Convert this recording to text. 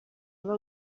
aba